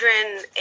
children